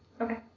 Okay